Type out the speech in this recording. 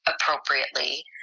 appropriately